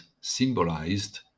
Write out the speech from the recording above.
symbolized